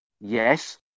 Yes